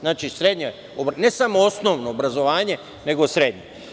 Znači, ne samo osnovno obrazovanje nego srednje.